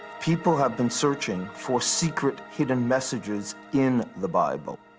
people have been searching for secret hidden messages in the bible.